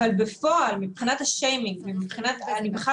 אבל בפועל מבחינת השיימינג אני בכלל